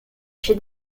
chef